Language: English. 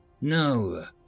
no